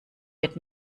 wird